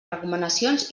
recomanacions